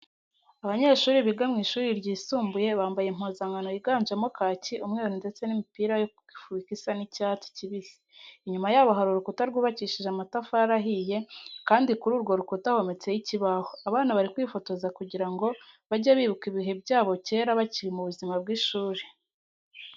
Abanyeshuri biga mu ishuri ryisumbuye, bambaye impuzankano yiganjemo kaki, umweru ndetse n'imipira yo kwifubika isa n'icyatsi kibisi. Inyuma yabo hari urukuta rwubakishije amatafari ahiye kandi kuri urwo rukuta hometse ho ikibaho. Abana bari kwifotoza kugira ngo bajye bibuka ibihe byabo cyera bakiri mu buzima bw'ishuri.